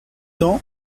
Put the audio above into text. ans